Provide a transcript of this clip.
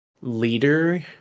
leader